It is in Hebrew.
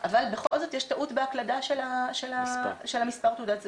אבל בכל זאת יש טעות בהקלדה של מספר תעודת הזהות.